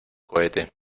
cohete